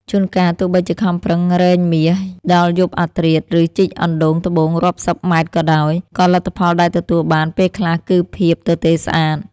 ជួនកាល ទោះបីជាខំប្រឹងរែងមាសដល់យប់អាធ្រាត្រ ឬជីកអណ្តូងត្បូងរាប់សិបម៉ែត្រក៏ដោយ ក៏លទ្ធផលដែលទទួលបានពេលខ្លះគឺភាពទទេស្អាត។